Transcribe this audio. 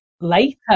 later